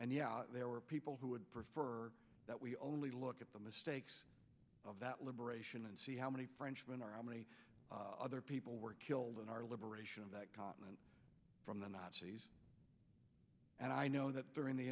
and yeah there were people who would prefer that we only look at the mistakes of that liberation and see how many frenchmen are many other people were killed in our liberation of that continent from the nazis and i know that during the